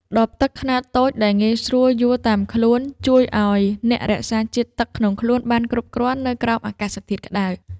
ដបទឹកខ្នាតតូចដែលងាយស្រួលយួរតាមខ្លួន ជួយឱ្យអ្នករក្សាជាតិទឹកក្នុងខ្លួនបានគ្រប់គ្រាន់នៅក្រោមអាកាសធាតុក្ដៅ។